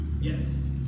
Yes